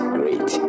great